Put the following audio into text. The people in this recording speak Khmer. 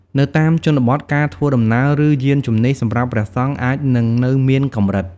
នៅតាមជនបទការធ្វើដំណើរ ឬ យានជំនិះសម្រាប់ព្រះសង្ឃអាចនឹងនៅមានកម្រិត។